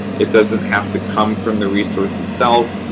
it doesn't have to come from the resource itself,